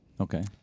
okay